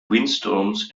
windstorms